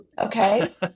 Okay